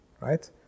right